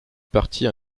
partie